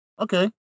Okay